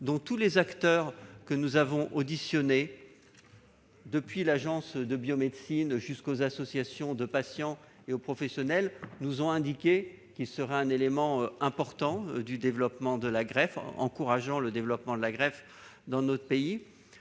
donneur. Tous les acteurs que nous avons auditionnés, depuis l'Agence de la biomédecine jusqu'aux associations de patients et aux professionnels, nous ont indiqué que c'est un élément important pour favoriser le développement de la greffe dans notre pays.